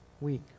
week